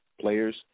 players